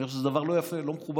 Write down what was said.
אני חושב שזה דבר לא יפה, לא מכובד